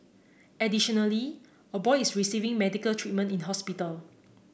additionally a boy is receiving medical treatment in hospital